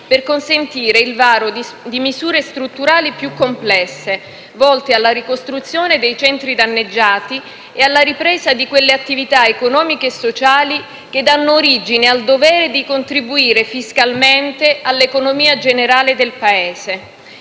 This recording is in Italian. per consentire il varo di misure strutturali più complesse volte alla ricostruzione dei centri danneggiati e alla ripresa di quelle attività economiche e sociali che danno origine al dovere di contribuire fiscalmente all'economia generale del Paese.